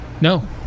No